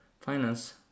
finance